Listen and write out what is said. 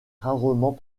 rarement